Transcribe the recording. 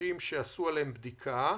אנשים שעשו עליהם בדיקה,